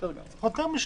צריך יותר משליש.